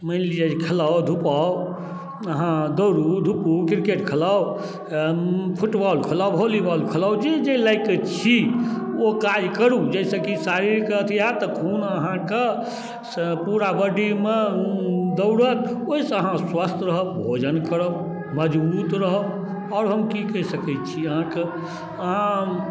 मानि लिअऽ जे खेलाउ धुपाउ अहाँ दौड़ू धूपू किरकेट खेलाउ फुटबॉल खेलाउ वॉलीबॉल खेलाउ जे जे लाइक छी ओ काज करू जाहिसँ कि शारीरिक अथी हैत तऽ खून अहाँके से पूरा बॉडीमे दौड़त ओहिसँ अहाँ स्वस्थ रहब भोजन करब मजबूत रहब आओर हम कि कहि सकै छी अहाँके अहाँ